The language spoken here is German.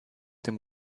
dem